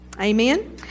Amen